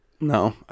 No